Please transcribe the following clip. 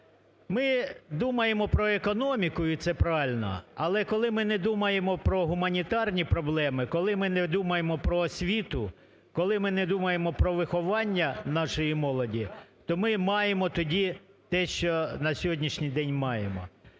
Ми думаємо про економіку, і це правильно, але коли ми не думаємо про гуманітарні проблеми, коли ми не думаємо про освіту, коли ми не думаємо про виховання нашої молоді, то ми маємо те, що на сьогоднішній день маємо.